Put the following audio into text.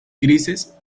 grises